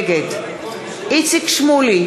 נגד איציק שמולי,